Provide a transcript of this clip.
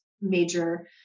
major